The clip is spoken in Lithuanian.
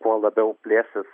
kuo labiau plėsis